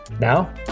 Now